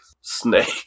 snake